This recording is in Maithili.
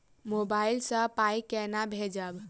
मोबाइल सँ पाई केना भेजब?